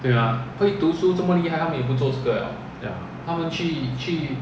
ya